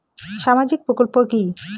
সামাজিক প্রকল্প কি?